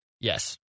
Yes